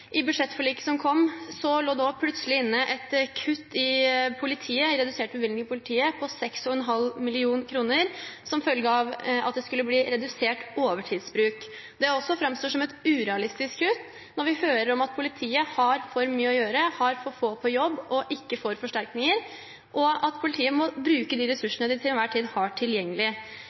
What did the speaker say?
I budsjettforliket som kom, lå det også plutselig inne et kutt i bevilgningene til politiet på 6,5 mill. kr, som følge av at det skulle bli redusert overtidsbruk. Det framstår også som et urealistisk kutt når vi hører at politiet har for mye å gjøre, har for få på jobb og ikke får forsterkninger, og at politiet må bruke de ressursene de til enhver tid har tilgjengelig.